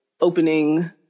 opening